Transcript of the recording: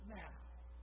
now